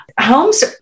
homes